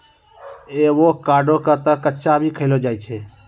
avocado क तॅ कच्चा भी खैलो जाय छै